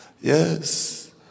yes